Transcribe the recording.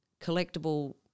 collectible